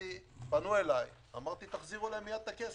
פנו אליי, אמרתי: תחזירו להם מייד את הכסף.